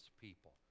people